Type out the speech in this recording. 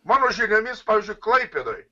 mano žiniomis pavyzdžiui klaipėdoj